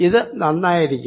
ഇത് നന്നായിരിക്കും